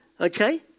Okay